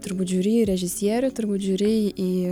turbūt žiūri į režisierių turbūt žiūrėjai į